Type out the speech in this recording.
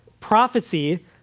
Prophecy